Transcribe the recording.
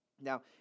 Now